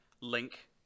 Link